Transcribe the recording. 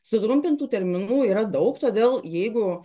sutrumpintų terminų yra daug todėl jeigu